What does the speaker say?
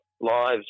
Lives